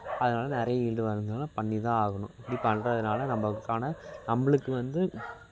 அதனால் நிறைய ஈல்டு வரதுனால பண்ணி தான் ஆகணும் இப்படி பண்ணுறதுனால நம்பளுக்கான நம்பளுக்கு வந்து